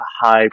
high